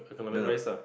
no no